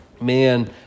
Man